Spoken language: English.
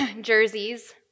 jerseys